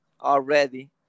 already